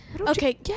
Okay